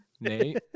Nate